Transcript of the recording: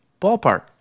ballpark